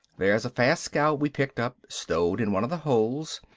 there's a fast scout we picked up, stowed in one of the holds.